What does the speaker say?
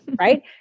Right